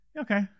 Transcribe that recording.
okay